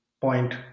point